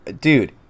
Dude